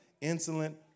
insolent